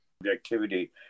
objectivity